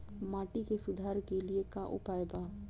माटी के सुधार के लिए का उपाय बा?